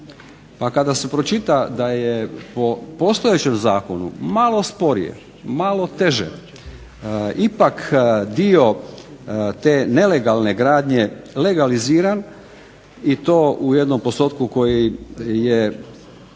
Pa kada se pročita da je po postojećem zakonu malo sporije, malo teže ipak dio te nelegalne gradnje legaliziran i to u jednom postotku koji je